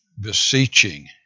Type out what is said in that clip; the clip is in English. beseeching